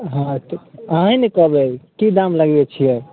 हाँ अहीँ ने कहबै कि दाम लगबै छिए